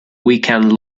weekend